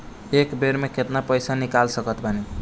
एक बेर मे केतना पैसा निकाल सकत बानी?